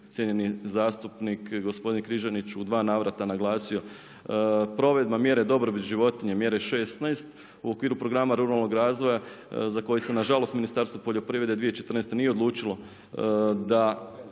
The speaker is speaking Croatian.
cjenjeni zastupnik gospodin Križanić u 2 navrata naglasio, provedba mjere dobrobit životinja, mjere 16. u okviru programa ruralnog razvoja, za koji se na žalost Ministarstvo poljoprivrede 2014. nije odlučilo da